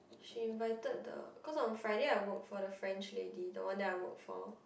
she invited the cause on Friday I worked for the French lady the one that I worked for